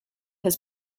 his